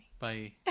Bye